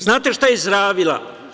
Znate šta je izjavila?